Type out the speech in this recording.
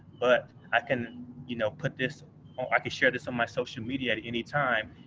but i can you know put this on i can share this on my social media at anytime,